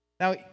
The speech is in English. Now